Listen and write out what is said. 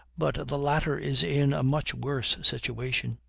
but the latter is in a much worse situation.